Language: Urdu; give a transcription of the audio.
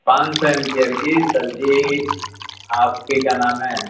پانچ سو ایمپیئر کی سر جی آپ کی کیا نام ہے